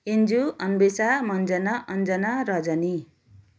Inju Anvesha Manjana Anjana Rajani